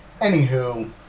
anywho